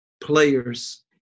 players